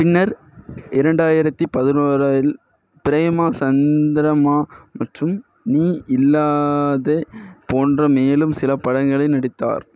பின்னர் இரண்டாயிரத்து பதினோன்றியில் பிரேமா சந்திரம்மா மற்றும் நீ இல்லாத போன்ற மேலும் சில படங்களில் நடித்தார்